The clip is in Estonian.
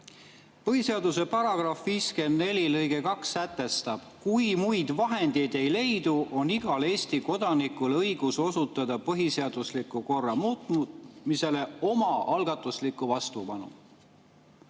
Põhiseaduse § 54 lõige 2 sätestab: "Kui muid vahendeid ei leidu, on igal Eesti kodanikul õigus osutada põhiseadusliku korra muutmisele omaalgatuslikku vastupanu."